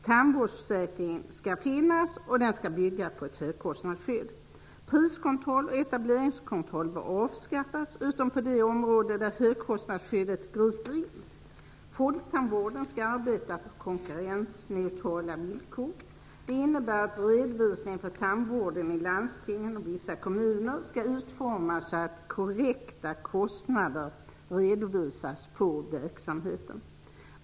Tandvårdsföräkringen skall finnas, och den skall bygga på ett högkostnadsskydd. Priskontroll och etableringskontroll bör avskaffas utom på de områden där högkostnadsskyddet griper in. Folktandvården skall arbeta på konkurrensneutrala villkor. Det innebär att redovisningen för tandvården i landstingen och vissa kommuner skall utformas så att korrekta kostnader redovisas för verksamheten.